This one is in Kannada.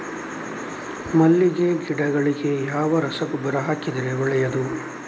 ಮಲ್ಲಿಗೆ ಗಿಡಗಳಿಗೆ ಯಾವ ರಸಗೊಬ್ಬರ ಹಾಕಿದರೆ ಒಳ್ಳೆಯದು?